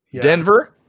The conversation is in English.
denver